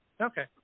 Okay